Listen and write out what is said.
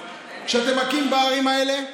כשאתם מכים בערים האלה,